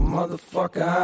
Motherfucker